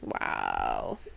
Wow